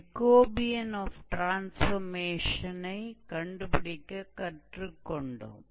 Jacobian of டிரான்ஸ்பர்மேஷனை கண்டுபிடிக்கக் கற்றுக் கொண்டோம்